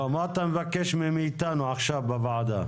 לא, מה אתה מבקש מאיתנו עכשיו בוועדה?